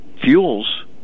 fuels